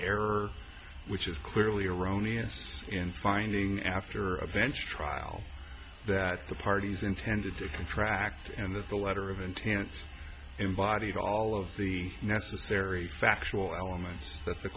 error which is clearly erroneous in finding after a bench trial that the parties intended to contract and that the letter of intent in body of all of the necessary factual elements that the